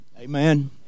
Amen